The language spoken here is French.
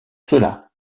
cela